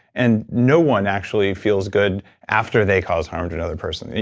and no one actually feels good after they cause harm to another person.